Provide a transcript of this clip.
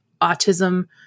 autism